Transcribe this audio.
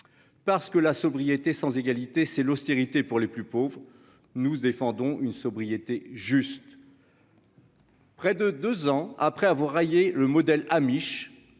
parce que la sobriété sans égalité c'est l'austérité pour les plus pauvres, nous défendons une sobriété juste. Près de 2 ans après avoir raillé le modèle Amish